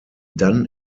dann